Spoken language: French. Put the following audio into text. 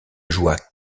joua